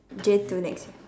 J two next year